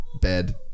bed